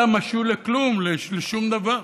אתה משול לכלום, לשום דבר.